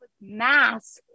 mask